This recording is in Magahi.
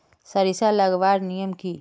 सरिसा लगवार नियम की?